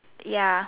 ya